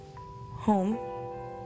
home